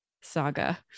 saga